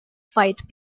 fight